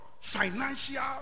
financial